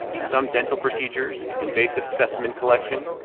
some dental procedures, invasive specimen collection,